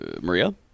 Maria